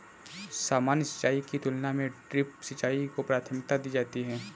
सामान्य सिंचाई की तुलना में ड्रिप सिंचाई को प्राथमिकता दी जाती है